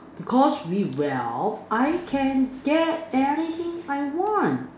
because with wealth I can get anything I want